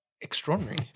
Extraordinary